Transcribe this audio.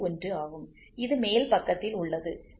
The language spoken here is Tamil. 1 ஆகும் இது மேல் பக்கத்தில் உள்ளது இது தாழ்ந்த பக்கத்தில் உள்ளது